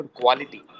quality